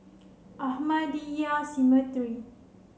Ahmadiyya Cemetery